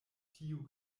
tiu